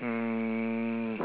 mm